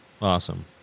Awesome